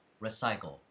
recycle